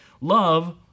Love